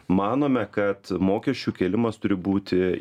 manome kad mokesčių kėlimas turi būti